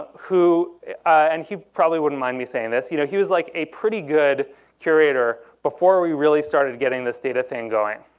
who and he probably wouldn't mind me saying this you know he was like, a pretty good curator before we really started getting this data thing going.